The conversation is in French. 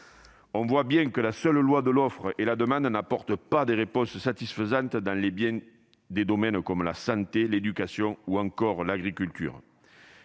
marchés publics. La seule loi de l'offre et de la demande n'apporte pas de réponse satisfaisante dans bien des domaines comme la santé, l'éducation ou encore l'agriculture.